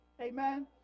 Amen